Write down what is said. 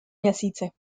měsíci